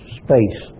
space